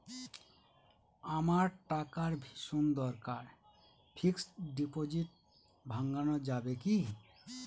আমার টাকার ভীষণ দরকার ফিক্সট ডিপোজিট ভাঙ্গানো যাবে কি?